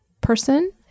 person